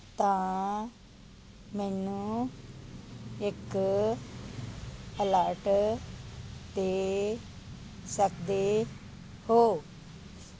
ਤਾਂ ਮੈਨੂੰ ਇੱਕ ਅਲਰਟ ਦੇ ਸਕਦੇ ਹੋ